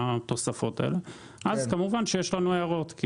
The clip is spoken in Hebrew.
אז יש לנו הערות.